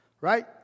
right